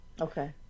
Okay